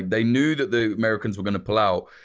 they knew that the americans were going to pull out,